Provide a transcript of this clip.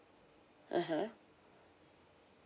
(uh huh)